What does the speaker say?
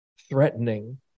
threatening